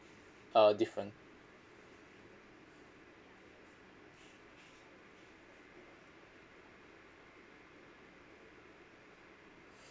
uh diffferent